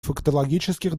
фактологических